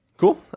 Cool